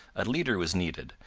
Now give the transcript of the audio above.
a leader was needed,